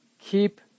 keep